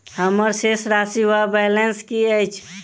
हम्मर शेष राशि वा बैलेंस की अछि?